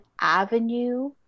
avenue